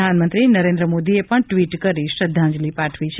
પ્રધાનમંત્રી નરેન્દ્ર મોદીએ પણ ટ્વીટ કરી શ્રંદ્વાજલિ પાઠવી છે